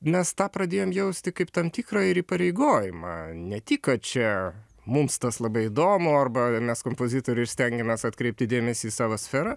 mes tą pradėjom jausti kaip tam tikrą ir įpareigojimą ne tik kad čia mums tas labai įdomu arba mes kompozitoriai ir stengiamės atkreipti dėmesį į savo sferą